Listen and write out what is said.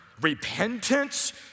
repentance